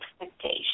expectation